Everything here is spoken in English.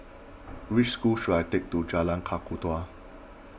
which school should I take to Jalan Kakatua